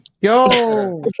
Yo